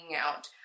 out